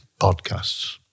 podcasts